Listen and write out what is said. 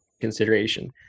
consideration